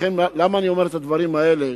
למה אני אומר את הדברים האלה?